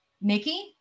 Nikki